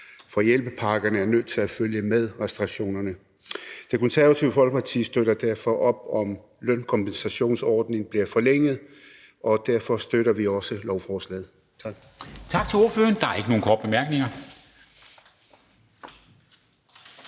for hjælpepakkerne er nødt til at følge med restriktionerne. Det Konservative Folkeparti støtter derfor op om, at lønkompensationsordningen bliver forlænget, og derfor støtter vi også lovforslaget. Tak.